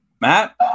Matt